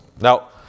Now